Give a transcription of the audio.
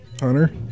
Hunter